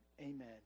amen